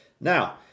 now